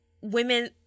women